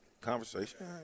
Conversation